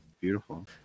Beautiful